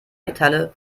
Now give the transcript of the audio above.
metalle